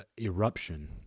eruption